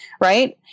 Right